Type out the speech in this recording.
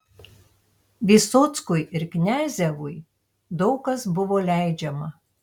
vysockui ir kniazevui daug kas buvo leidžiama